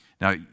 Now